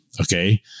Okay